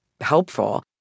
helpful